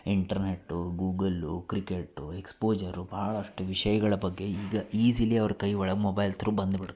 internet Google cricket exposure ಭಾಳಷ್ಟ್ ವಿಷಯಗಳ ಬಗ್ಗೆ ಈಗ ಈಝಿಲಿ ಅವ್ರ ಕೈ ಒಳಗೆ ಮೊಬೈಲ್ ತ್ರು ಬಂದ್ಬಿಡ್ತದೆ